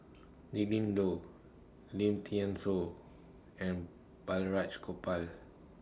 Willin Low Lim Thean Soo and Balraj Gopal